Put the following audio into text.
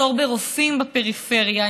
מחסור ברופאים בפריפריה,